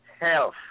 health